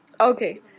okay